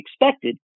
expected